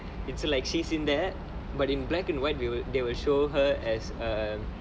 it's like she's in that but in black and white we will they will show her as um